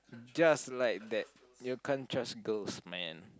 just like that you can't trust girls man